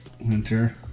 Winter